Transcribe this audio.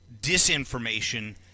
disinformation